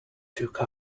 took